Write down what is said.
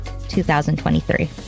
2023